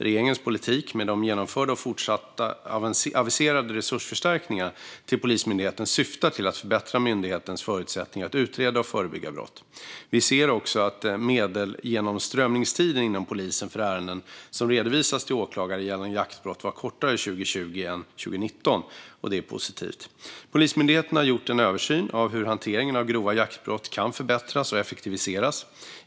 Regeringens politik, med de genomförda och fortsatt aviserade resursförstärkningarna till Polismyndigheten, syftar till att förbättra myndighetens förutsättningar att utreda och förebygga brott. Vi ser också att medelgenomströmningstiden inom polisen för ärenden som redovisas till åklagare gällande jaktbrott var kortare 2020 än 2019. Det är positivt. Polismyndigheten har gjort en översyn av hur hanteringen av grova jaktbrott kan förbättras och effektiviseras.